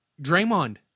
Draymond